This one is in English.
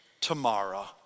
tomorrow